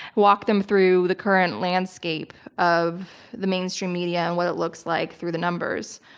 walk them through the current landscape of the mainstream media and what it looks like through the numbers,